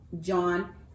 John